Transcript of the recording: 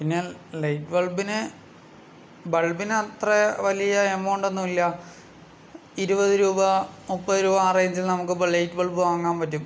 പിന്നെ ലൈറ്റ് ബൾബിന് ബൾബിനത്ര വലിയ എമൗണ്ട് ഒന്നും ഇല്ല ഇരുപത് രൂപ മുപ്പത് രൂപ ആ റേഞ്ചിൽ നമുക്ക് ഇപ്പോൾ ലൈറ്റ് ബൾബ് വാങ്ങാൻ പറ്റും